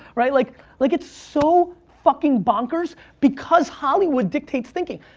right? like like it's so fucking bonkers because hollywood dictates thinking.